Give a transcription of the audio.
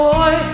Boy